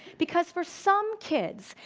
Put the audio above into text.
because for some kids,